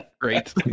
great